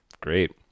Great